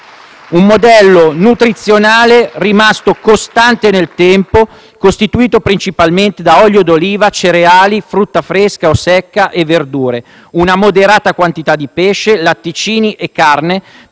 un modello nutrizionale rimasto costante nel tempo, costituito principalmente da olio di oliva, cereali, frutta fresca o secca, e verdure, una moderata quantità di pesce, latticini e carne,